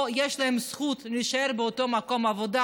או שיש להם זכות להישאר באותו מקום עבודה,